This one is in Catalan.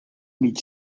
mig